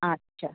আচ্ছা